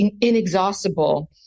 inexhaustible